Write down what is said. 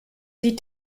sie